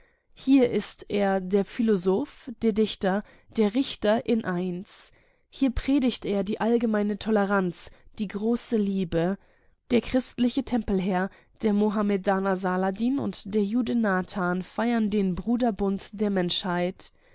hier ist er der philosoph der dichter der richter hier predigt er die allgemeine toleranz die große liebe der christliche tempelherr der mohammedaner saladin und der jude nathan feiern den bruderbund der menschheit